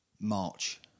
March